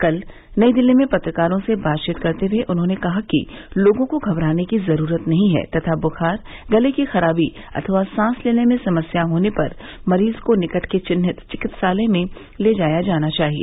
कल नई दिल्ली में पत्रकारों से बात करते हुए उन्होंने कहा कि लोगों को घबराने की जरूरत नहीं है तथा ब्खार गले की खराबी अथवा सांस लेने में समस्या होने पर मरीज को निकट के चिन्हित चिकित्सालय में ले जाया जाना चाहिए